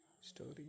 Story